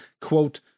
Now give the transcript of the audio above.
quote